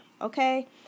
okay